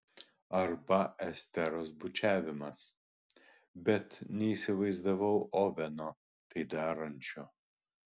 arba esteros bučiavimas bet neįsivaizdavau oveno tai darančio